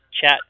chat